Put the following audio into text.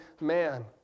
man